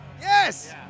Yes